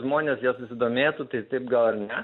žmonės ja susidomėtų tai taip gal ir ne